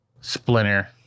Splinter